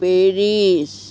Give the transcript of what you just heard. Paris